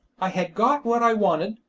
i had got what i wanted,